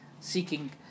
seeking